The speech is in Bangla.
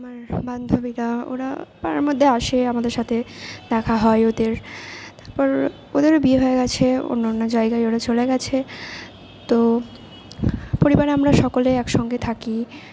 আমার বান্ধবীরা ওরা পাড়ার মধ্যে আসে আমাদের সাথে দেখা হয় ওদের তারপর ওদেরও বিয়ে হয়ে গেছে অন্য অন্য জায়গায় ওরা চলে গেছে তো পরিবারে আমরা সকলে একসঙ্গে থাকি